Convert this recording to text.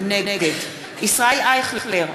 נגד ישראל אייכלר,